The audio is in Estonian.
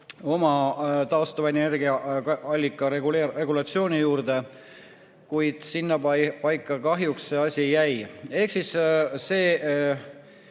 oma taastuva energiaallika regulatsiooni juurde. Kuid sinnapaika kahjuks see asi jäi. See seadus[eelnõu]